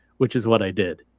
which is what i did.